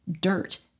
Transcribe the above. dirt